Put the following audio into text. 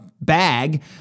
bag